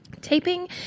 taping